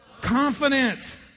confidence